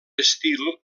estil